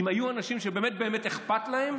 אם היו אנשים שבאמת באמת אכפת להם,